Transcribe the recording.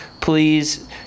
please